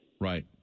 right